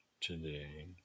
today